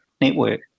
network